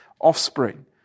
offspring